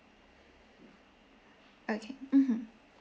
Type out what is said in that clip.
okay mmhmm